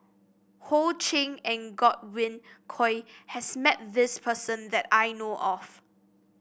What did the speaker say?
Ho Ching and Godwin Koay has met this person that I know of